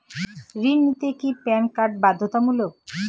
ঋণ নিতে কি প্যান কার্ড বাধ্যতামূলক?